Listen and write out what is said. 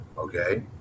Okay